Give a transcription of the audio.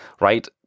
right